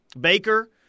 Baker